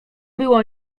było